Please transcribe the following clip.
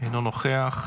אינו נוכח.